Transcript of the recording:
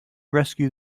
rescue